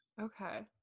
Okay